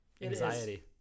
Anxiety